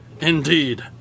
Indeed